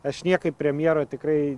aš niekaip premjero tikrai